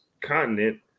continent